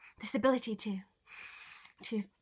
this ability to to